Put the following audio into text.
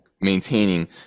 maintaining